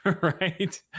Right